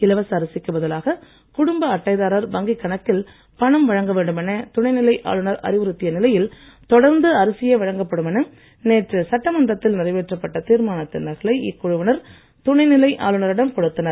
இலவச அரிசிக்கு பதிலாக குடும்ப அட்டைதாரர்களின் வங்கி கணக்கில் பணம் வழங்க வேண்டும் என துணை நிலை ஆளுநர் அறிவுறுத்திய நிலையில் தொடர்ந்து அரிசியே வழங்கப்படும் என நேற்று சட்டமன்றத்தில் நிறைவேற்றப்பட்ட தீர்மானத்தின் நகலை இக்குழுவினர் துணை நிலை ஆளுநரிடம் கொடுத்தனர்